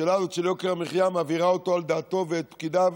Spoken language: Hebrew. השאלה הזאת של יוקר המחיה מעבירה אותו על דעתו ואת פקידיו,